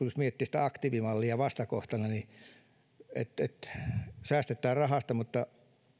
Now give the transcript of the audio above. jos miettii sitä aktiivimallia vastakohtana niin säästetään rahasta mutta